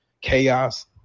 chaos